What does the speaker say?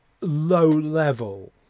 low-level